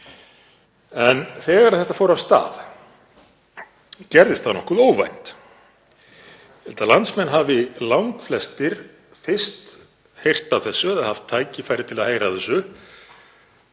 Þegar þetta fór af stað gerðist það nokkuð óvænt. Ég held að landsmenn hafi langflestir fyrst heyrt af þessu eða haft tækifæri til að heyra af þessu